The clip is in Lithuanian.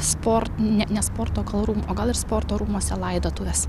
sport ne ne sporto gal rūmų o gal ir sporto rūmuose laidotuvės